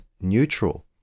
neutral